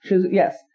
Yes